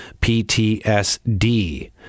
PTSD